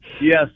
Yes